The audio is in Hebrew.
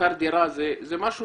שכר דירה זה משהו